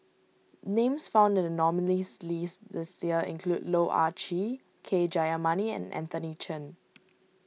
names found in the nominees' list this year include Loh Ah Chee K Jayamani and Anthony Chen